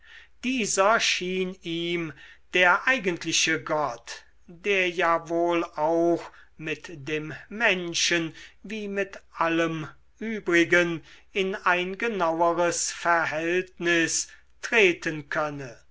dieser schien ihm der eigentliche gott der ja wohl auch mit dem menschen wie mit allem übrigen in ein genaueres verhältnis treten könne